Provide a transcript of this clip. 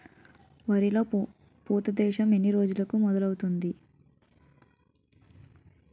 వరిలో పూత దశ ఎన్ని రోజులకు మొదలవుతుంది?